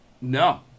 No